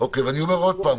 אני אומר עוד פעם,